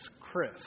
Chris